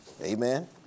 Amen